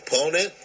opponent